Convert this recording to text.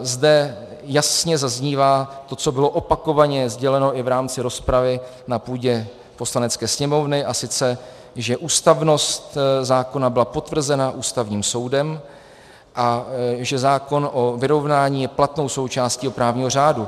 Zde jasně zaznívá to, co bylo opakovaně sděleno i v rámci rozpravy na půdě Poslanecké sněmovny, a sice že ústavnost zákona byla potvrzena Ústavním soudem a že zákon o vyrovnání je platnou součástí právního řádu.